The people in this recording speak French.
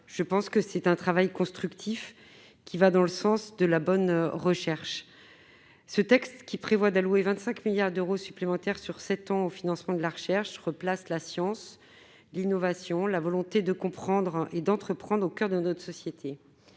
juniors. C'est un travail constructif, qui va dans le sens d'une bonne recherche. Ce texte qui prévoit d'allouer 25 milliards d'euros supplémentaires sur sept ans au financement de la recherche, replace la science, l'innovation et la volonté de comprendre et d'entreprendre au coeur de notre société.